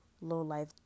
low-life